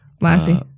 Lassie